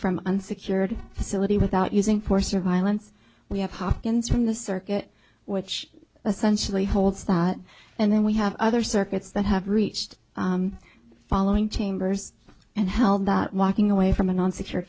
from unsecured facility without using force or violence we have hopkins from the circuit which essentially holds that and then we have other circuits that have reached following chambers and held that walking away from a non secure